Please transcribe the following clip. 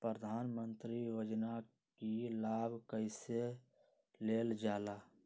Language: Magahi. प्रधानमंत्री योजना कि लाभ कइसे लेलजाला?